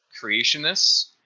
creationists